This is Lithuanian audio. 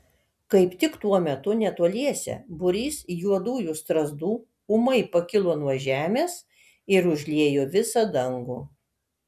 kaip tik tuo metu netoliese būrys juodųjų strazdų ūmai pakilo nuo žemės ir užliejo visą dangų